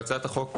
בהצעת החוק,